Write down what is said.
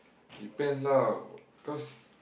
depends lah cause